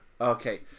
Okay